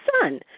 son